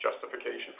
justification